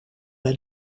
bij